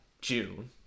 June